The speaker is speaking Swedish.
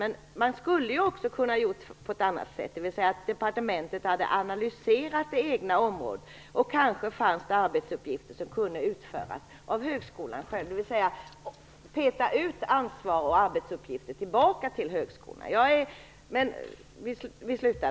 Men man kunde också ha gjort på ett annat sätt: Departementet kunde ha analyserat det egna området; kanske fanns det arbetsuppgifter som kunde utföras av högskolan själv, och då kunde man ha petat ut ansvar och arbetsuppgifter tillbaka till högskolorna.